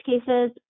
cases